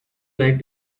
like